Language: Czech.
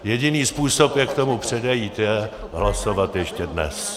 Jediný způsob, jak tomu předejít, je hlasovat ještě dnes.